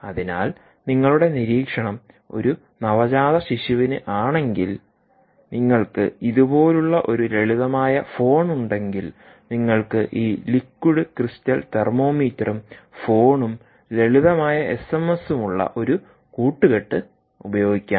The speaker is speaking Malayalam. അതിനാൽ നിങ്ങളുടെ നിരീക്ഷണം ഒരു നവജാതശിശുവിന് ആണെങ്കിൽ നിങ്ങൾക്ക് ഇതുപോലുള്ള ഒരു ലളിതമായ ഫോൺ ഉണ്ടെങ്കിൽ നിങ്ങൾക്ക് ഈ ലിക്വിഡ് ക്രിസ്റ്റൽ തെർമോമീറ്ററും ഫോണുംലളിതമായ എസ്എംഎസും ഉളള ഒരു കൂട്ടുകെട്ട് ഉപയോഗിക്കാം